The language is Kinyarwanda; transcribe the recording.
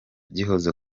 gihozo